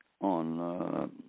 on